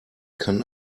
kann